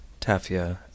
taffia